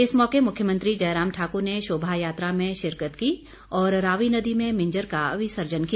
इस मौके मुख्यमंत्री जयराम ठाक्र ने शोभा यात्रा में शिरकत की और रावी नदी में मिंजर का विसर्जन किया